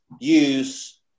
use